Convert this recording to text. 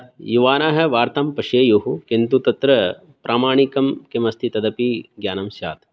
युवानः वार्तां पश्येयुः किन्तु तत्र प्रामाणिकं किमस्ति तदपि ज्ञानं स्यात्